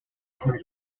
her